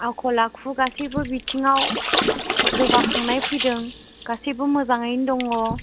आखल आखु गासैबो बिथिङाव जौगाखांनाय फैदों गासिबो मोजाङैनो दङ